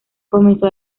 comenzó